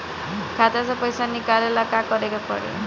खाता से पैसा निकाले ला का का करे के पड़ी?